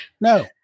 No